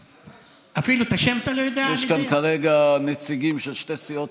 יש כאן כרגע נציגים של שתי סיעות